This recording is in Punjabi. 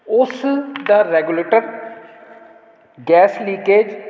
ਉਸ ਦਾ ਰੈਗੂਲੇਟਰ ਗੈਸ ਲੀਕੇਜ